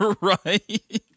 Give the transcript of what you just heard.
Right